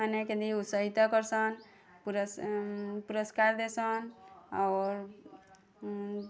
ମାନେ କେମିତି ଉତ୍ସାହିତ କରିସନ୍ ପୁରସ୍କାର୍ ଦେଇସନ୍ ଔର୍